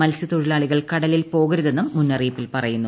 മത്സ്യത്തൊഴിലാളികൾ കടലിൽ ക്ടോകരു്തെന്നും മുന്നറിയിപ്പിൽ പറയുന്നു